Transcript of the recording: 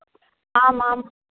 आम् आम्